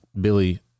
Billy